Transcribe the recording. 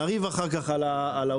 נריב אחר כך על העובדות,